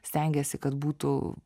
stengiasi kad būtų